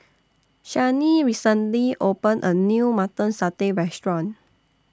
Shani recently opened A New Mutton Satay Restaurant